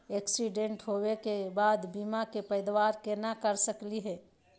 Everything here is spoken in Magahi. एक्सीडेंट होवे के बाद बीमा के पैदावार केना कर सकली हे?